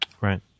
Right